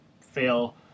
fail